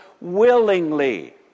willingly